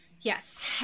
yes